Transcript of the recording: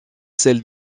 celles